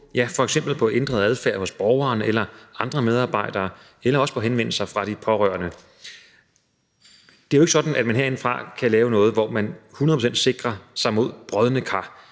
ja, f.eks. på ændret adfærd hos borgeren eller hos andre medarbejdere eller på henvendelser fra de pårørende. Det er jo ikke sådan, at man herindefra kan lave noget, hvor man hundrede procent sikrer sig mod brodne kar